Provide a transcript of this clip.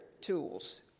tools